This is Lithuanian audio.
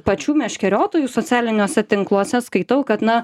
pačių meškeriotojų socialiniuose tinkluose skaitau kad na